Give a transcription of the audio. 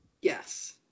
Yes